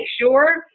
sure